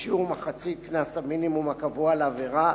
בשיעור מחצית קנס המינימום הקבוע לעבירה